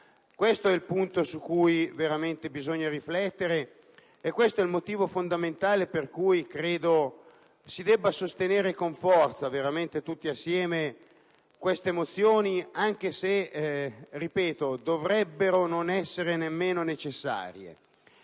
Questo è il punto su cui veramente bisogna riflettere ed il motivo fondamentale per cui credo si debba sostenere con forza, veramente tutti assieme, queste mozioni, anche se - ripeto - dovrebbero non essere nemmeno necessarie.